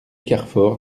carfor